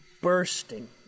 bursting